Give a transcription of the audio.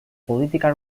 political